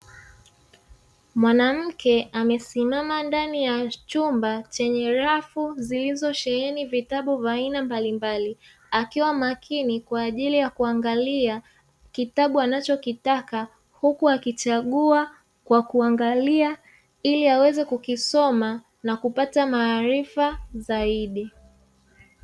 Mwanamke amesimama ndani ya chumba chenye rafu zilizosheheni vitabu vya aina mbalimbali akiwa makini kwa ajili ya kuangalia kitabu anachokitaka, huku akichagua kwa kuangalia ili aweze kukisoma na kupata maarifa zaidi.